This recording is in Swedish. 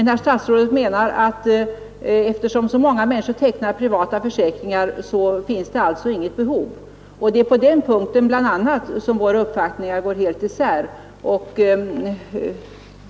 När herr statsrådet menar att det, eftersom så många människor tecknar privata försäkringar, inte föreligger något behov av den ersättning det här gäller, vill jag säga att våra uppfattningar på denna punkt går helt isär.